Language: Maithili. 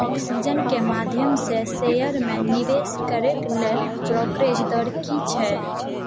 ऑक्सीजन के माध्यमसँ शेयरमे निवेश करैक लेल ब्रोकरेज दर की छै